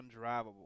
undrivable